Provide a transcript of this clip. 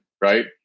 right